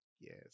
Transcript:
yes